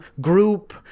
group